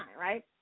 right